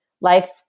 life